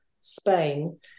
Spain